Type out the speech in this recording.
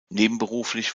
nebenberuflich